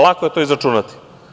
Lako je to izračunati.